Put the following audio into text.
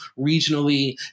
regionally